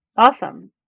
Awesome